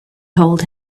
told